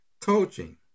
Coaching